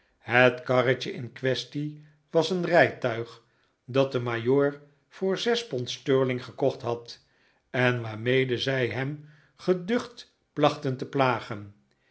het karretje in quaestie was een rijtuig dat de majoor voor zes pond sterling gekocht had en waarmede zij hem geducht plachten te plagen